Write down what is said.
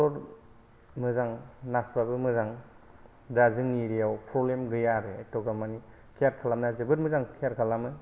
doctor मोजां नार्सफ्राबो मोजां दा जोंनि एरियायाव प्रब्लेम गैया आरो एथग्राब मानि केयार खालामनाया जोबोर मोजां केयार खालामो